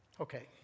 Okay